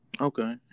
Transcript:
Okay